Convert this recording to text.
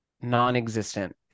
non-existent